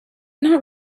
not